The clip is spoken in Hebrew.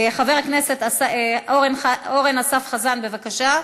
חבר הכנסת אורן אסף חזן, בבקשה.